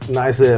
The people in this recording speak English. nice